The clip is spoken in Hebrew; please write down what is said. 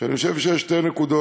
שאני חושב שיש שתי נקודות